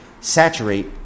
saturate